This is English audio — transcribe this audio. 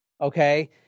okay